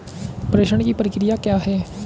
प्रेषण की प्रक्रिया क्या है?